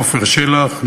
עפר שלח,